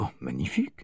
magnifique